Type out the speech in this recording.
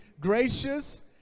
gracious